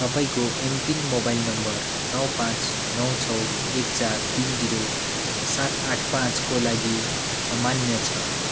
तपाईँकोे MPIN mobile number नौ पाँच नौ छ एक चार तिन जिरो सात आठ पाँचको लागि अमान्य छ